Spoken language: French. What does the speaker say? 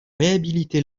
réhabiliter